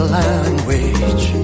language